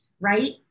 right